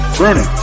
Bruno